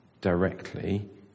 directly